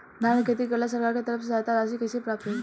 धान के खेती करेला सरकार के तरफ से सहायता राशि कइसे प्राप्त होइ?